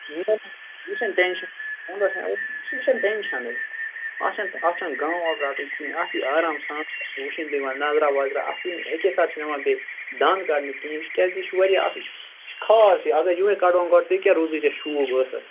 یہِ چھنہٕ ٹینشَن یہِ چھُنہٕ ٹینشَنٕے اَتھ چھُنہٕ اَتھ چھُنہٕ غم وَم رَٹُن کِہیٖنۍ اَتھ یِیہِ آرام سان وٕچھنہٕ دِنہٕ نظرا وَظرا اَتھ یِنہٕ اَکے ساتہٕ چھُنہٕ یِوان بیٚیہِ دند کَڑنہٕ کینٛہہ کیازِ کہِ یہِ چھُ واریاہ اصل یہِ چھُ خاص یہِ اَگر یِہوے کَڑوون گۄڈٕ تیٚلہِ کیاہ روزی ژےٚ شوٗب ٲسَس